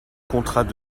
contrat